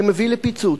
זה מביא לפיצוץ.